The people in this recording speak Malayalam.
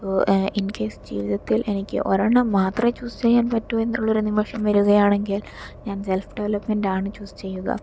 സൊ ഇൻകേസ് ജീവിതത്തിൽ എനിക്ക് ഒരെണ്ണം മാത്രമേ ചൂസ് ചെയ്യാൻ പറ്റു എന്നുള്ള ഒരു നിമിഷം വരികയാണെങ്കിൽ ഞാൻ സെൽഫ് ഡെവലൊപ്മെൻറ് ആണ് ചൂസ് ചെയ്യുക